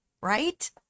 right